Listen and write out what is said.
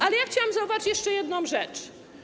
Ale ja chciałam zauważyć jeszcze jedną rzecz.